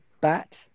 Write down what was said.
bat